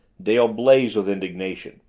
dale blazed with indignation.